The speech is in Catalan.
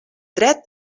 dret